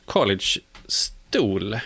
College-stol